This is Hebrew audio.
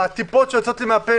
הטיפות שיוצאות לי מהפה,